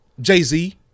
Jay-Z